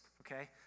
okay